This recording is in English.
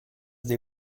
they